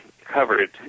covered